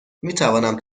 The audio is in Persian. میتوانم